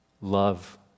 love